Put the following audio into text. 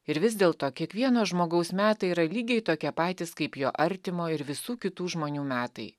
ir vis dėlto kiekvieno žmogaus metai yra lygiai tokie patys kaip jo artimo ir visų kitų žmonių metai